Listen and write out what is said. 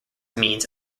means